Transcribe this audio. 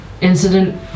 incident